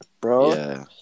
Bro